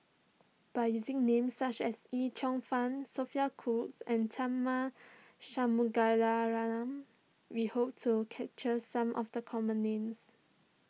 by using names such as Yip Cheong Fun Sophia Cooke and Tharman Shanmugaratnam we hope to capture some of the common names